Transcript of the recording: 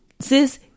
sis